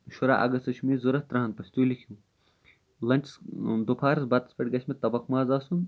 شُرہ اَگست چھُ مےٚ یہِ ضروٗرت ترٕہن پژھن تُہۍ لیٚکھِو لنچس دُپھرَس بَتس پٮ۪ٹھ گژھِ مےٚ تَبخ ماز آسُن